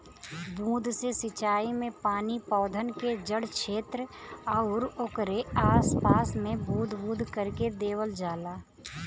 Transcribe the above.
बूंद से सिंचाई में पानी पौधन के जड़ छेत्र आउर ओकरे आस पास में बूंद बूंद करके देवल जाला